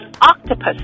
octopus